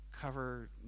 cover